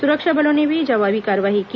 सुरक्षा बलों ने भी जवाबी कार्रवाई की